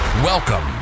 Welcome